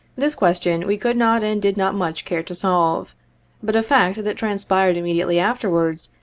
this question we could not and did not much care to solve but a fact that transpired immediately afterwards,